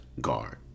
guard